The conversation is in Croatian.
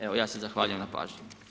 Evo, ja se zahvaljujem na pažnji.